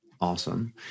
Awesome